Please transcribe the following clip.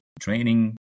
training